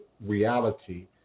reality